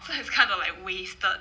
so it's kind of like wasted